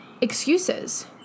excuses